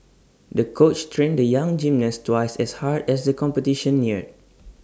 the coach trained the young gymnast twice as hard as the competition neared